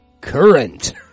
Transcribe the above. Current